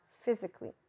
physically